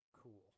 Cool